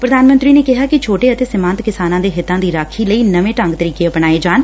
ਪ੍ਰਧਾਨ ਮੰਤਰੀ ਨੇ ਕਿਹਾ ਕਿ ਛੋਟੇ ਅਤੇ ਸੀਮਾਂਤ ਕਿਸਾਨਾਂ ਦੇ ਹਿੱਤਾਂ ਦੀ ਰਾਖੀ ਲਈ ਨਵੇਂ ਢੰਗ ਤਰੀਕੇ ਅਪਣਾਏ ਜਾਣ